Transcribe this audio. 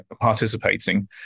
participating